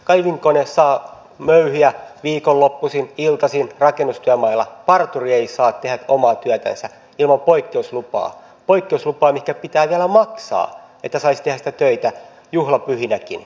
kaivinkone saa möyhiä viikonloppuisin iltaisin rakennustyömailla parturi ei saa tehdä omaa työtänsä ilman poikkeuslupaa poikkeuslupaa mistä pitää vielä maksaa että saisi tehdä töitä juhlapyhinäkin